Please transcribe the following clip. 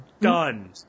done